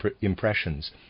impressions